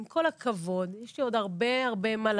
עם כל הכבוד, יש לי עוד הרבה מה לדעת,